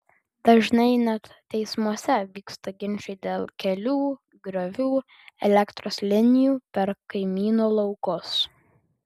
dažnai net teismuose vyksta ginčai dėl kelių griovių elektros linijų per kaimynų laukus